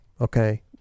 Okay